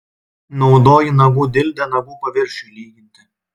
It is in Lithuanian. naudoji nagų dildę nagų paviršiui lyginti